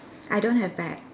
I don't have bag